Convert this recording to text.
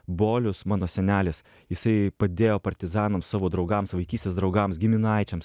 bolius mano senelis jisai padėjo partizanams savo draugams vaikystės draugams giminaičiams